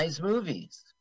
Movies